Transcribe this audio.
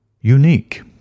unique